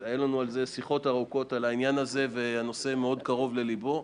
הנושא מאוד קרוב לליבו.